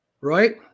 right